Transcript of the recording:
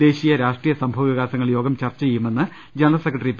ദേശീയ രാഷ്ട്രീയ സംഭവ വികാസങ്ങൾ യോഗം ചർച്ച ചെയ്യുമെന്ന് ജനറൽ സെക്രട്ടറി പി